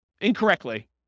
incorrectly